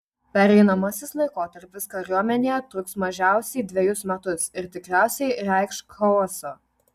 pereinamasis laikotarpis kariuomenėje truks mažiausiai dvejus metus ir tikriausiai reikš chaosą